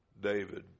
David